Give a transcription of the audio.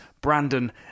Brandon